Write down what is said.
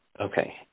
Okay